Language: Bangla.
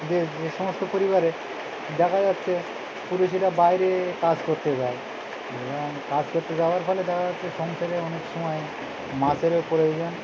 যে যে সমস্ত পরিবারে দেখা যাচ্ছে পুরুষেরা বাইরে কাজ করতে যায় এবং কাজ করতে যাওয়ার ফলে দেখা যাচ্ছে সংসারে অনেক সময় মাছেরও প্রয়োজন